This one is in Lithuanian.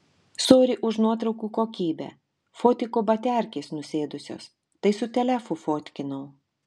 sory už nuotraukų kokybę fotiko baterkės nusėdusios tai su telefu fotkinau